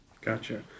Gotcha